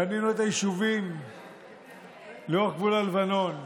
בנינו את היישובים לאורך גבול הלבנון,